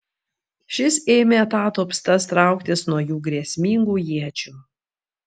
šis ėmė atatupstas trauktis nuo jų grėsmingų iečių